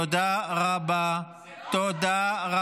תודה,